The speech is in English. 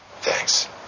Thanks